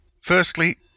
Firstly